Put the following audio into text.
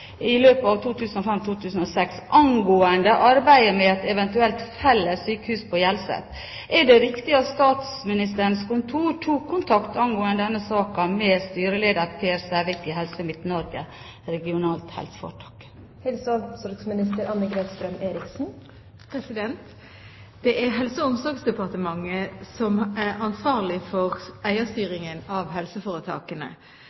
i Helse Midt-Norge RHF i løpet av 2005–2006 angående arbeidet med et eventuelt felles sykehus på Hjelset. Er det riktig at Statsministerens kontor tok kontakt angående denne saken med styreleder Per Sævik i Helse Midt-Norge RHF?» Det er Helse- og omsorgsdepartementet som er ansvarlig for